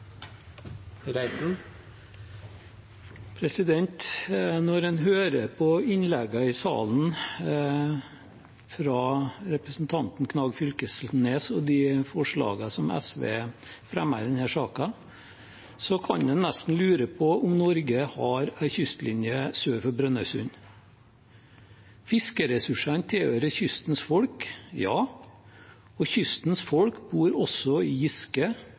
Når en hører på innleggene i salen fra representanten Torgeir Knag Fylkesnes og leser forslagene som SV fremmer i denne saken, kan en nesten lure på om Norge har en kystlinje sør for Brønnøysund. Fiskeressursene tilhører kystens folk, og kystens folk bor også i Giske,